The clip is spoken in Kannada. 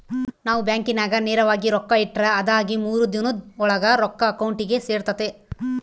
ನಾವು ಬ್ಯಾಂಕಿನಾಗ ನೇರವಾಗಿ ರೊಕ್ಕ ಇಟ್ರ ಅದಾಗಿ ಮೂರು ದಿನುದ್ ಓಳಾಗ ರೊಕ್ಕ ಅಕೌಂಟಿಗೆ ಸೇರ್ತತೆ